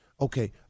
Okay